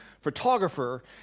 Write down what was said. photographer